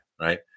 right